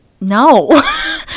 No